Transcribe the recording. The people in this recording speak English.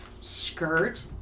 skirt